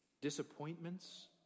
Disappointments